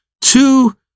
two